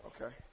okay